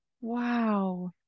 Wow